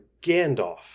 Gandalf